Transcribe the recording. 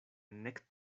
nek